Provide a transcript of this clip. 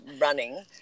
running